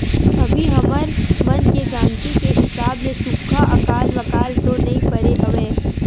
अभी हमर मन के जानती के हिसाब ले सुक्खा अकाल वकाल तो नइ परे हवय